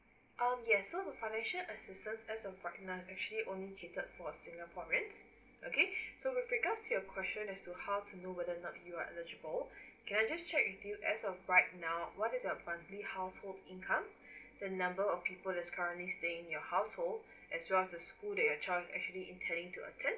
um yes so the financial assistant as a actually only cater for singaporean okay so with regards to your question as to how to know whether not you are eligible can I just check with you right now what is your currently household income the number of people that currently staying in your household as well the school that your child is actually intending to attend